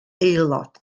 aelod